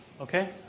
Okay